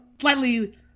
slightly